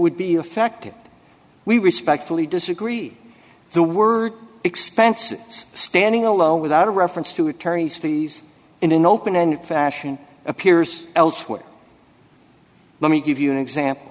would be affected we respectfully disagree the word expenses standing alone without a reference to attorneys fees in an open and fashion appears elsewhere let me give you an example